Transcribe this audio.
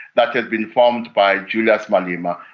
that has been formed by julius malema,